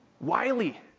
Wiley